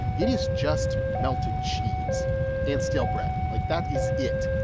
it is just melted cheese and stale bread. like, that is it.